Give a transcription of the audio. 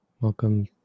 Welcome